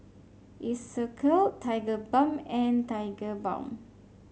Isocal Tigerbalm and Tigerbalm